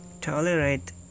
tolerate